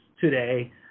today